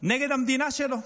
נגד המדינה שלו.